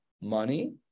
money